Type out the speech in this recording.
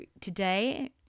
today